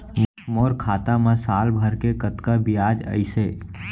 मोर खाता मा साल भर के कतका बियाज अइसे?